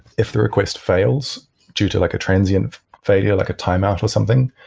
if the request fails due to like a transient failure like a timeout or something,